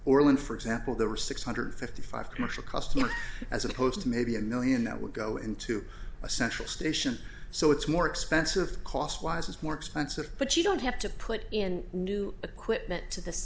orlin for example there are six hundred fifty five commercial customers as opposed to maybe a million that would go into a central station so it's more expensive cost wise is more expensive but you don't have to put in new equipment to this